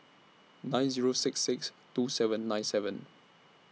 nine Zero six six two seven nine seven